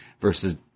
versus